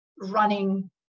running